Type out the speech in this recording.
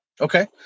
Okay